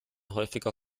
häufiger